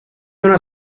una